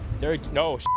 no